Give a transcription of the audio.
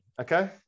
okay